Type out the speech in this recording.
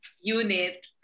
unit